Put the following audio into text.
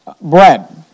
bread